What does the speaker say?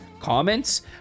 Comments